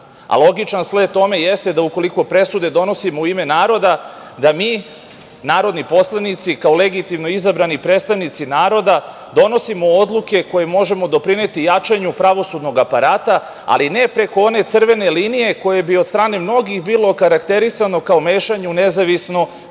logično sled tome jeste da ukoliko presude donosimo u ime naroda da mi narodni poslanici, kao legitimno izabrani predstavnici naroda, donosimo odluke koje možemo doprineti jačanju pravosudnog aparata, ali ne preko one crvene linije koje bi od strane mnogih bilo okarakterisano kao mešanje u nezavisnu